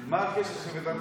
מה הקשר של מדינת ישראל?